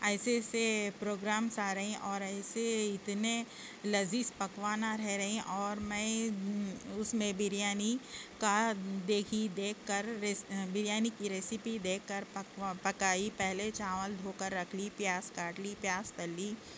ایسے ایسے پروگرامس آ رہے ہیں اور ایسے اتنے لذیذ پکوان آ رہے ہیں اور میں اس میں بریانی کا دیکھی دیکھ کر بریانی کی ریسیپی دیکھ کر پکوان پکائی پہلے چاول دھو کر رکھ لی پیاز کاٹ لی پیاز تل لی